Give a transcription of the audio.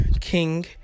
King